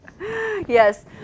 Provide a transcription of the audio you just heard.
Yes